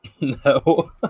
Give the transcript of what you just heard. No